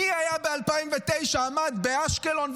מי זה היה ב-2009 שעמד באשקלון,